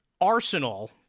arsenal